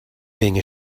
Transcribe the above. being